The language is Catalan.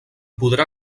podrà